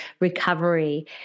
recovery